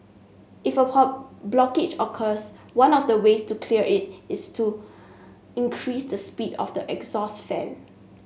if a blockage occurs one of the ways to clear it is to increase the speed of the exhaust fan